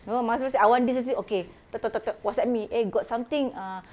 you know my husband say I want this this this okay tio~ tio~ tio~ tio~ Whatsapp me eh got something ah